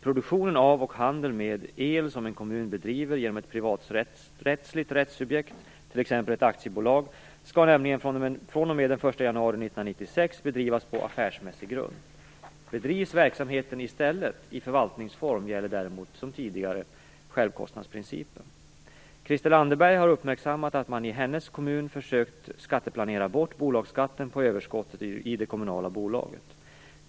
Produktion av och handel med el som en kommun bedriver genom ett privaträttsligt rättssubjekt, t.ex. ett aktiebolag, skall nämligen fr.o.m. den 1 januari 1996 bedrivas på affärsmässig grund. Bedrivs verksamheten i stället i förvaltningsform gäller däremot liksom tidigare självkostnadsprincipen. Christel Anderberg har uppmärksammat att man i hennes kommun försökt skatteplanera bort bolagsskatten på överskottet i det kommunala bolaget.